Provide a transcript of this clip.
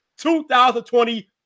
2020